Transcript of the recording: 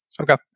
Okay